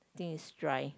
think it's dry